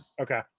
Okay